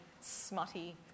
smutty